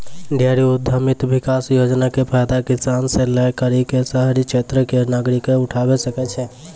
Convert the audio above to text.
dairy उद्यमिता विकास योजना के फायदा किसान से लै करि क शहरी क्षेत्र के नागरिकें उठावै सकै छै